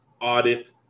audit